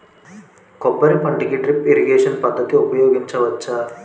కొబ్బరి పంట కి డ్రిప్ ఇరిగేషన్ పద్ధతి ఉపయగించవచ్చా?